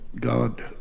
God